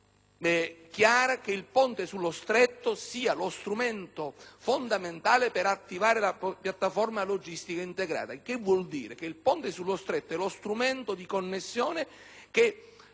chiara, che il ponte sullo Stretto sia lo strumento fondamentale per attivare la piattaforma logistica integrata. Ciò vuol dire che il ponte sullo Stretto è lo strumento di connessione che